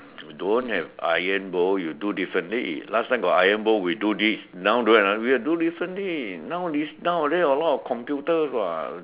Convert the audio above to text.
don't have Iron bowl you do differently last time got Iron bowl we do this now don't have Iron we are do differently now this nowadays a lot of computers what